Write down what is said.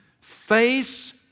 face